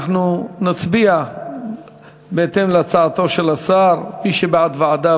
אנחנו נצביע בהתאם להצעתו של השר: מי שבעד ועדה,